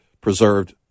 preserved